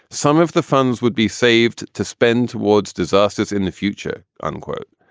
some of the funds would be saved to spend towards disasters in the future, unquote.